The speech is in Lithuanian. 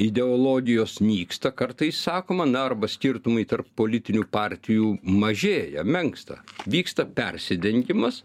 ideologijos nyksta kartais sakoma na arba skirtumai tarp politinių partijų mažėja menksta vyksta persidengimas